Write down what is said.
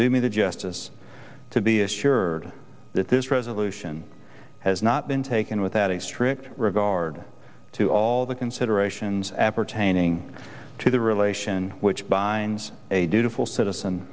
do me the justice to be assured that this resolution has not been taken without a strict regard to all the considerations appertaining to the relation which by a dutiful citizen